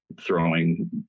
throwing